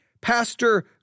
Pastor